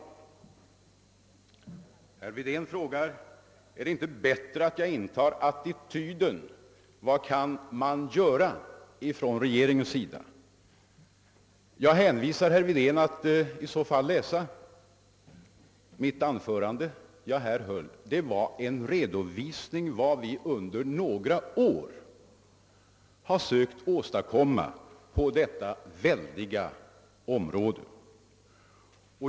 Herr Wedén frågar om det inte är bättre om jag intar en annan attityd och frågar mig vad som kan göras från regeringens sida. Jag rekommenderar herr Wedén att i så fall läsa det anförande jag här hållit. Det var en redovisning av vad vi under några år sökt åstadkomma på detta väldiga område.